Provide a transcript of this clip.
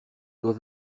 doit